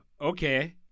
okay